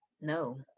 No